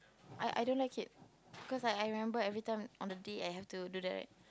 I I don't like it because I I remember every time on the day I have to do that right